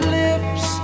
lips